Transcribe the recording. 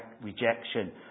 rejection